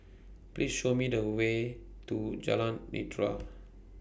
Please Show Me The Way to Jalan Nidra